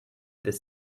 this